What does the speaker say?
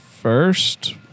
first